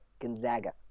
Gonzaga